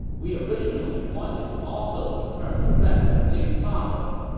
we originally wanted to also return the rest of jing province,